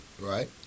Right